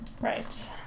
Right